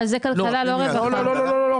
אבל זה כלכלה, לא רווחה.